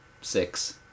six